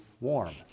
warm